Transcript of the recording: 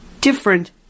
different